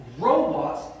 robots